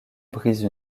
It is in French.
brise